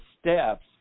steps